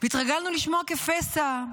והתרגלנו לשמוע "כפסע",